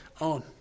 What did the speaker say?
on